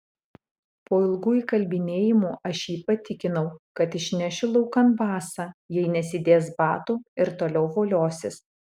po ilgų įkalbinėjimų aš jį patikinau kad išnešiu laukan basą jei nesidės batų ir toliau voliosis